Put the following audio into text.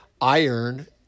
iron